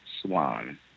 Swan